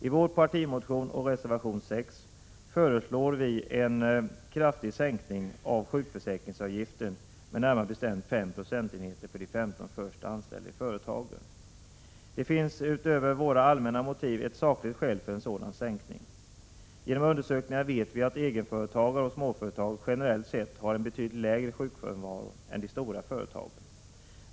I vår partimotion och i reservation 6 föreslår vi en kraftig sänkning av sjukförsäkringsavgiften med närmare bestämt 5 procentenheter för de 15 först anställda i företagen. Det finns utöver våra allmänna motiv ett sakligt skäl för en sådan sänkning. Genom undersökningar vet vi att egenföretagare och småföretag generellt sett har en betydligt lägre sjukfrånvaro än de stora företagen.